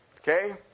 Okay